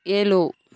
ஏழு